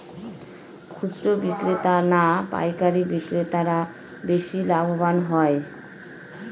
খুচরো বিক্রেতা না পাইকারী বিক্রেতারা বেশি লাভবান হয়?